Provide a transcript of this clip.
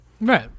Right